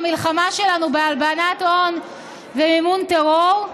המלחמה שלנו בהלבנת הון ומימון טרור,